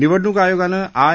निवडणूक आयोगानं आय